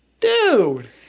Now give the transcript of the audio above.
Dude